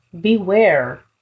Beware